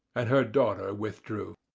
and her daughter withdrew.